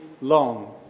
long